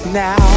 now